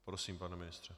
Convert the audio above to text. Prosím, pane ministře.